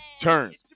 turns